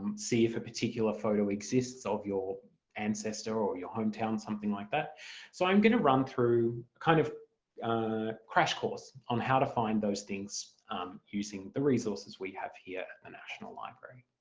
see if a particular photo exists of your ancestor or your hometown, something like that so i'm going to run through kind of a crash course on how to find those things using the resources we have here at the national library.